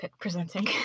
presenting